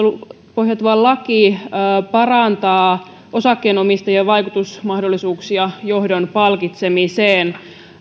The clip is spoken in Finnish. pohjautuva laki parantavat osakkeenomistajien vaikutusmahdollisuuksia johdon palkitsemiseen